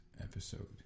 episode